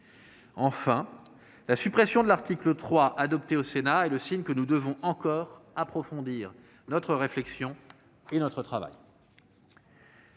Enfin, la suppression de l'article 3 adopté au Sénat est le signe que nous devons encore approfondir notre réflexion et notre travail.